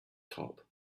top